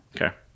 Okay